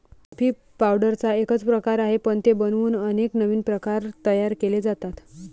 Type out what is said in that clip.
coffee पावडरचा एकच प्रकार आहे, पण ते बनवून अनेक नवीन प्रकार तयार केले जातात